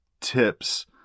tips